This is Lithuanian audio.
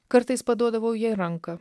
kartais paduodavau jai ranką